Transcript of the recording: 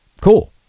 cool